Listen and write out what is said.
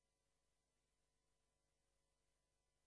ככה